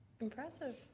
Impressive